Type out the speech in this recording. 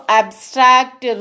abstract